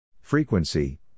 Frequency